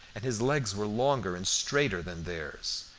and his legs were longer and straighter than theirs.